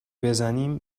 بزنیم